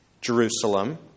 Jerusalem